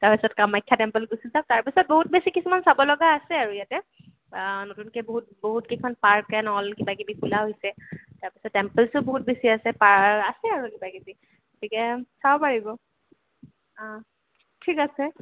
তাৰপাছত কামাখ্যা টেম্পল গুছি যাওঁক তাৰ পাছত বহুত বেছি কিছুমান চাব লগা আছে আৰু ইয়াতে নতুনকে বহুত বহুত কেইখন পাৰ্ক এণ্ড অল কিবা কিবি খোলা হৈছে তাৰ পিছত টেম্পলছো বহুত বেছি আছে আছে আৰু কিবা কিবি গতিকে চাব পাৰিব ঠিক আছে